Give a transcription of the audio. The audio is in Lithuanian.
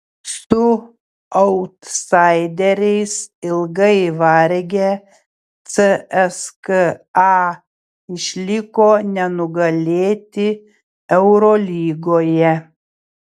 su autsaideriais ilgai vargę cska išliko nenugalėti eurolygoje